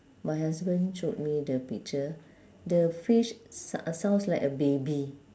my husband showed me the picture the fish s~ sounds like a baby